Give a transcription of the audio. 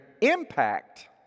impact